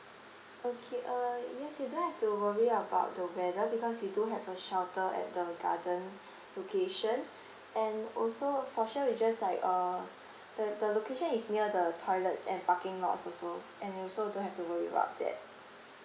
okay uh yes you don't have to worry about the weather because we do have a shelter at the garden location and also for sure we just like uh the the location is near the toilet and parking lots also s~ and you also don't have to worry about that